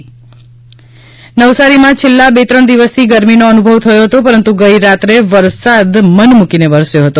વરસાદ નવસારી વરસાદ છેલ્લા બે ત્રણ દિવસથી ગરમીનો અનુભવ થયો હતો પરંતુ ગઈ રાત્રે વરસાદ મહેર મૂકીને વરસ્યો છે